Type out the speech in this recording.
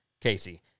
Casey